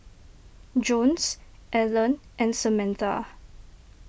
Jones Alan and Samatha